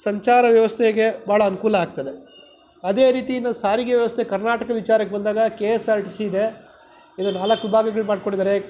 ಸಂಚಾರ ವ್ಯವಸ್ಥೆಗೆ ಭಾಳ ಅನುಕೂಲ ಆಗ್ತದೆ ಅದೇ ರೀತಿ ಇನ್ನು ಸಾರಿಗೆ ವ್ಯವಸ್ಥೆ ಕರ್ನಾಟಕ ವಿಚಾರಕ್ಕೆ ಬಂದಾಗ K S R T C ಇದೆ ಈಗ ನಾಲ್ಕು ವಿಭಾಗಗಳು ಮಾಡ್ಕೊಂಡಿದ್ದಾರೆ